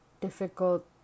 difficult